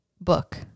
book